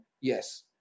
Yes